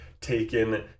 taken